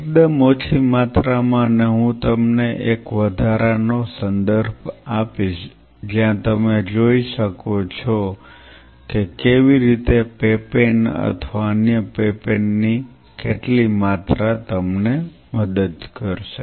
એકદમ ઓછી માત્રામાં અને હું તમને એક વધારાનો સંદર્ભ આપીશ જ્યાં તમે જોઈ શકો છો કે કેવી રીતે પેપેન અથવા અન્ય પેપેન ની કેટલી માત્રા તમને મદદ કરશે